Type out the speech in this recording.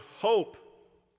hope